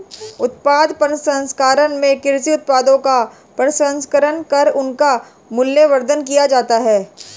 उत्पाद प्रसंस्करण में कृषि उत्पादों का प्रसंस्करण कर उनका मूल्यवर्धन किया जाता है